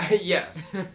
Yes